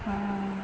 ହଁ